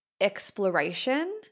exploration